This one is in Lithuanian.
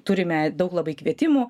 turime daug labai kvietimų